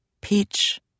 peach